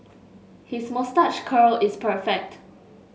his moustache curl is perfect